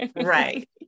Right